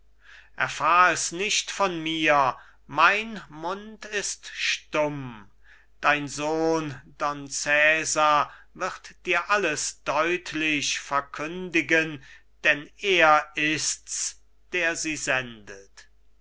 erfahr es nicht von mir mein mund ist stumm dein sohn don cesar wird dir alles deutlich verkündigen denn er ist's der sie sendet